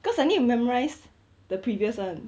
cause I need to memorize the previous one